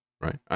right